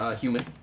human